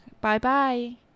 Bye-bye